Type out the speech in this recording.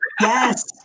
Yes